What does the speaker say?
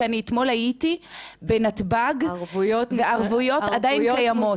כי אני אתמול הייתי בנתב"ג והערבויות עדיין קיימות.